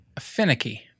Finicky